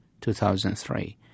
2003